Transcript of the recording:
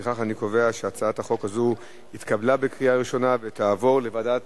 לפיכך אני קובע שהצעת החוק הזו התקבלה בקריאה ראשונה ותעבור לוועדת